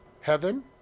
heaven